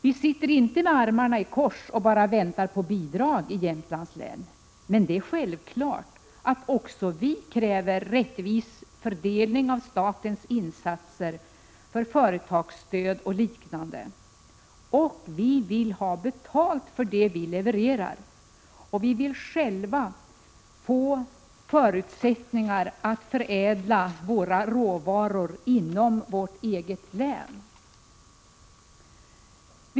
Vi sitter inte med armarna i kors och bara väntar på bidrag. Men det är självklart att också vi i Jämtlands län kräver en rättvis fördelning av statens insatser till företagsstöd och liknande. Och vi vill ha betalt för det vi levererar. Vi vill också få förutsättningar att själva förädla våra råvaror inom vårt eget län.